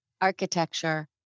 Architecture